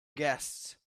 guests